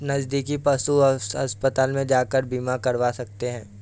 आप नज़दीकी पशु अस्पताल में जाकर बीमा करवा सकते है